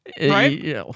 Right